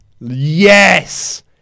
yes